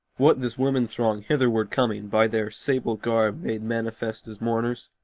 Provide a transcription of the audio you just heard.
what this woman-throng hitherward coming, by their sable garb made manifest as mourners?